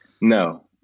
No